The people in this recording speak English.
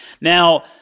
Now